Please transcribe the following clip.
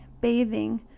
bathing